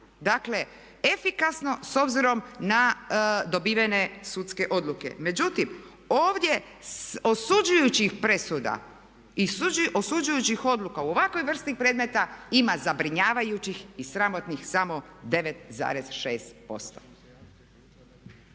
dakle efikasno s obzirom na dobivene sudske odluke. Međutim, ovdje osuđujućih presuda i osuđujućih odluka u ovakvoj vrsti predmeta ima zabrinjavajućih i sramotnih samo 9,6%.